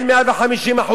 אין 150%,